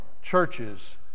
Churches